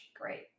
Great